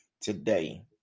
today